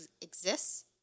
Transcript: exists